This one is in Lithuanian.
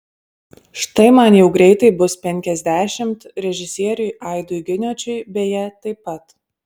štai man jau greitai bus penkiasdešimt režisieriui aidui giniočiui beje taip pat